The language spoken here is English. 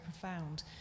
profound